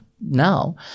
now